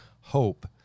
hope